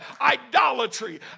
idolatry